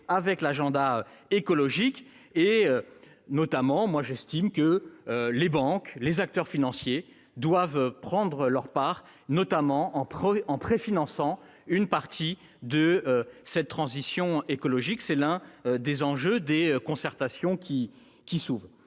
avec l'agenda écologique. Pour ma part, j'estime que les banques, les acteurs financiers ... Le grand capital !... doivent y prendre leur part, notamment en préfinançant une partie de cette transition écologique ; c'est l'un des enjeux des concertations qui s'ouvrent.